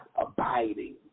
abiding